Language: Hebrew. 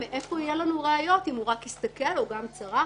מאיפה יהיו לנו ראיות אם הוא רק הסתכל או גם צרך?